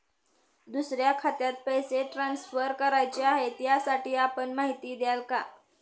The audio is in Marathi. दुसऱ्या खात्यात पैसे ट्रान्सफर करायचे आहेत, त्यासाठी आपण माहिती द्याल का?